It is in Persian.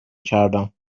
کردم